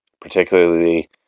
particularly